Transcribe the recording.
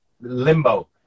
limbo